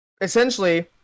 essentially